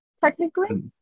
technically